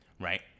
right